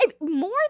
more